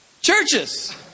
Churches